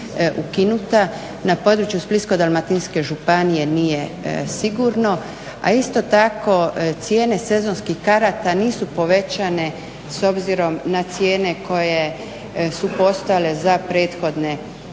ukinuta na području Splitsko-dalmatinske županije nije sigurno. A isto tako cijene sezonskih karata nisu povećane s obzirom na cijene koje su postojale za prethodne Vlade.